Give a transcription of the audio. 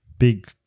Big